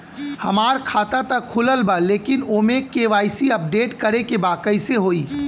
हमार खाता ता खुलल बा लेकिन ओमे के.वाइ.सी अपडेट करे के बा कइसे होई?